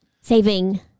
saving